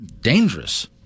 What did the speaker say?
dangerous